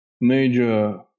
major